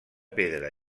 pedra